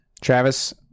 Travis